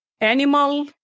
animal